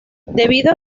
debido